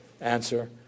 Answer